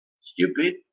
stupid